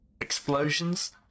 Explosions